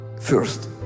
first